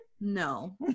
no